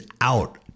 out